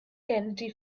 kennedy